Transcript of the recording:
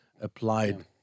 applied